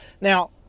Now